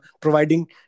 providing